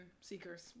seekers